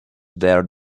there